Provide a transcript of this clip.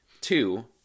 Two